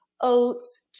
Oats